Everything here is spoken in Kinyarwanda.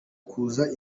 kuza